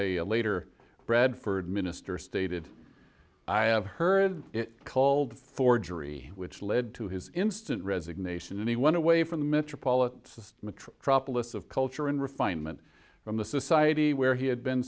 late later bradford minister stated i have heard it called forgery which led to his instant resignation and he went away from the metropolitan matric droplets of culture and refinement from the society where he had been